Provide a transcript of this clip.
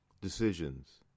decisions